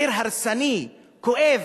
מחיר הרסני, כואב.